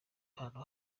ahantu